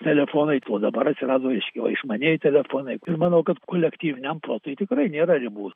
telefonai o dabar atsirado reiškia va išmanieji telefonai ir manau kad kolektyviniam protui tikrai nėra ribų